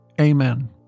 amen